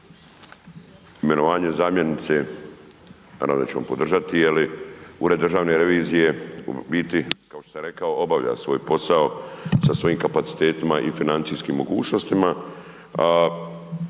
Imenovanje zamjenice, naravno da ćemo podržati jer Ured državne revizije u biti kao što sam rekao obavlja svoj posao sa svojim kapacitetima i financijskim mogućnostima